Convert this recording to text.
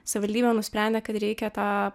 savivaldybė nusprendė kad reikia tą